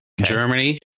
Germany